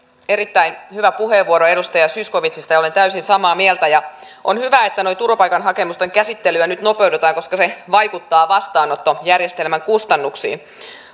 erittäin hyvä puheenvuoro edustaja zyskowiczilta ja olen täysin samaa mieltä on hyvä että turvapaikkahakemusten käsittelyä nyt nopeutetaan koska se vaikuttaa vastaanottojärjestelmän kustannuksiin